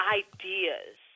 ideas